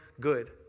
good